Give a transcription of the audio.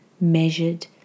measured